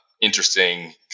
interesting